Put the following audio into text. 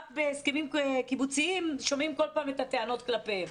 רק בהסכמים קיבוציים שומעים כל פעם את הטענות כלפיהם,